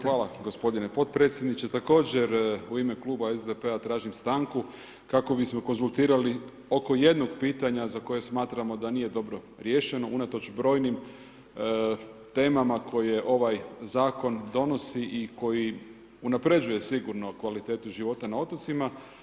Hvala gospodine potpredsjedniče, također, u ime Kluba SDP-a tražim stanku kako bismo konzultirali oko jednog pitanja, za koje smatram da nije dobro riješeno unatoč brojnim temama, koji ovaj zakon donosi, i koji unapređuje sigurno kvalitetu života na otocima.